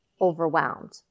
overwhelmed